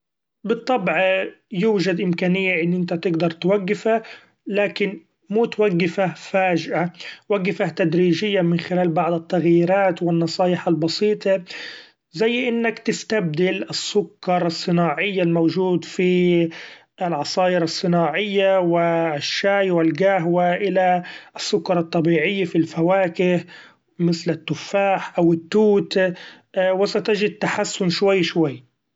بالطبع يوجد امكانية ان انت تقدر توقفه لكن مو توقفه فاجأه ، وقفه تدريجيا من خلال بعض التغيرات و النصايح البسيطي ، زي انك تستبدل السكر الصناعي الموجود في العصاير الصناعيه و الشاي و القهوى الي السكر الطبيعي ف الفواكه مثل التفاح أو التوت و ستجد تحسن شوي شوي.